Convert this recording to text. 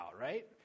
right